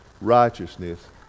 righteousness